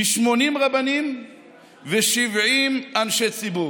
מ-80 רבנים ו-70 אנשי ציבור,